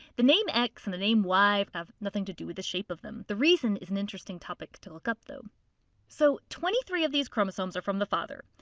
the name x and the name y have nothing to do with the shape of them the reason is an interesting topic to look up. so twenty three of these chromosomes are from the father,